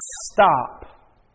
stop